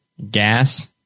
Gas